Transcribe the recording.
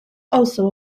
also